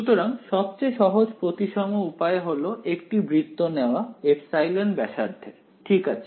সুতরাং সবচেয়ে সহজ প্রতিসম উপায় হল একটি বৃত্ত নেওয়া এপসাইলন ব্যাসার্ধের ঠিক আছে